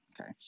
okay